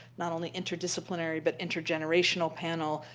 not only interdisciplinary, but intergenerational panel,